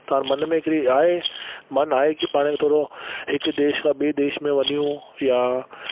पर मन में हिकिड़ी आहे मन आहे की पाण थोरो हिक देश खां ॿिए देश में वञूं यां